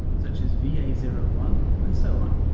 such as v a zero one and so on.